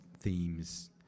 themes